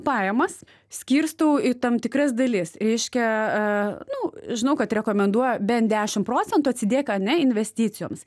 pajamas skirstau į tam tikras dalis reiškia a nu žinau kad rekomenduoja bent dešim procentų atsidėk ane investicijoms